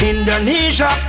Indonesia